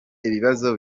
ibibazo